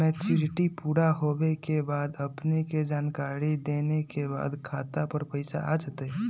Maturity पुरा होवे के बाद अपने के जानकारी देने के बाद खाता पर पैसा आ जतई?